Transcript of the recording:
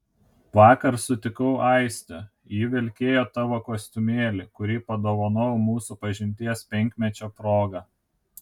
vakar sutikau aistę ji vilkėjo tavo kostiumėlį kurį padovanojau mūsų pažinties penkmečio proga